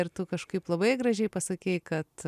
ir tu kažkaip labai gražiai pasakei kad